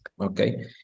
okay